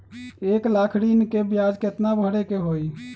एक लाख ऋन के ब्याज केतना भरे के होई?